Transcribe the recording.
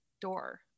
door